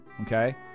Okay